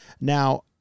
Now